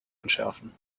entschärfen